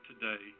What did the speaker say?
today